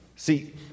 See